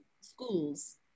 schools